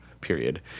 period